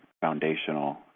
foundational